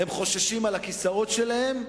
הם חוששים על הכיסאות שלהם,